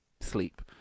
sleep